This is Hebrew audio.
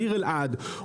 העיר אלעד,